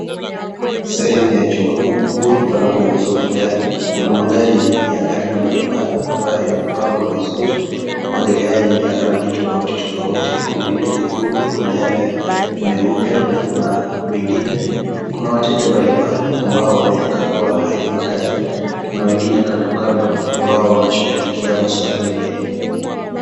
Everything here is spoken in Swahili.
Sehemu ya jumba kubwa panapouzwa magari. Kuna magari ya aina mbalimbali ambayo yamepangwa vizuri. Magari haya ni ya rangi tofauti tofauti, kuna lile jekundu, kuna yale meupe na kuna mengine. Kuna wateja mbalimbali ambao wanayakagua hayo magari. Kuna wengine kando kando ambao wanashughulikia maswala mengine.